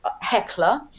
Heckler